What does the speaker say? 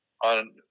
on